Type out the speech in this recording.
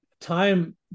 Time